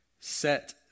Set